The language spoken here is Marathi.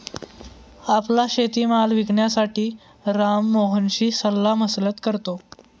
आपला शेतीमाल विकण्यासाठी राम मोहनशी सल्लामसलत करतो